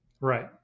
Right